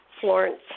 florence